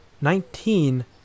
nineteen